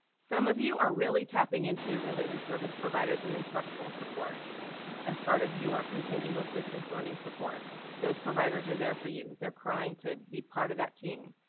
some of you are really tapping into your related service providers and instructional support as part of your continuum of distance learning supports. those providers are there for you. they're crying to be part of that team.